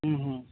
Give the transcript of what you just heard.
हम्म हम्म